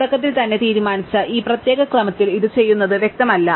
തുടക്കത്തിൽ തന്നെ തീരുമാനിച്ച ഈ പ്രത്യേക ക്രമത്തിൽ ഇത് ചെയ്യുന്നത് വ്യക്തമല്ല